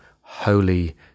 holy